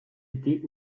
était